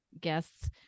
guests